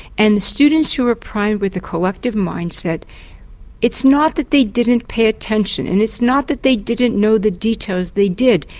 and the students who are primed with a collective mindset it's not that they didn't pay attention and it's not that they didn't know the details they did,